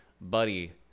buddy